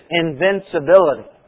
invincibility